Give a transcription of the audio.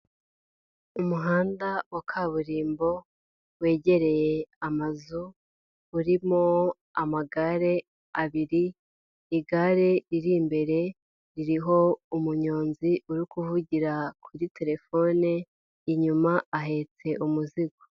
Umuhanda wa kaburimbo wegereye amazu, urimo amagare abiri, igare riri imbere ririho umunyonzi, uri kuvugira kuri telefone, inyuma ahetse umuzigo.